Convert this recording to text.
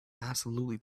absolutely